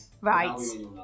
Right